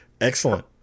excellent